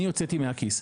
אני הוצאתי מהכיס.